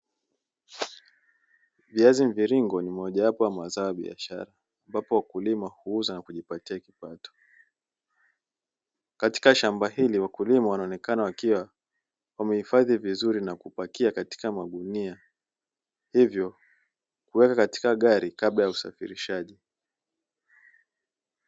Viazi mviringo ni mojawapo ya mazao ya biashara, ambapo wakulima huuza na kujipatia kipato, katika shamba hili wakulima wanaonekana wakiwa wamehifadhi vizuri na kupakia katika magunia, hivyo kuweka katika gari kabla ya usafirishaji.